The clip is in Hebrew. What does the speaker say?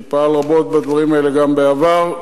שפעל רבות בדברים האלה גם בעבר,